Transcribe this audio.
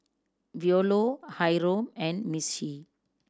Veola Hyrum and Missie